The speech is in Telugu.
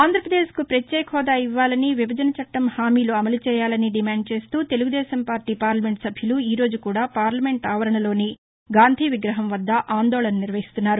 ఆంధ్రాపదేశ్కు పత్యేక హాదా ఇవ్వాలని విభజన చట్టం హామీలు అమలు చెయ్యాలని డిమాండ్చేస్తూ తెలుగుదేశం పార్టీ పార్లమెంట్ సభ్యులు ఈరోజు కూడా పార్లమెంట్ ఆవరణలోని గాంధీ విగ్రహం వద్ద ఆందోళన నిర్వహిస్తున్నారు